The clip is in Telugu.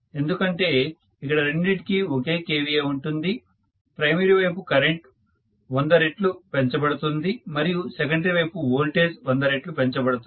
ఎందుకంటే ఇక్కడ రెండింటికి ఒకే kVA ఉంటుంది ప్రైమరీ వైపు కరెంటు 100 రెట్లు పెంచబడుతుంది మరియు సెకండరీ వైపు వోల్టేజ్ 100 రెట్లు పెంచబడుతుంది